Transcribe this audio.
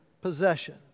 possession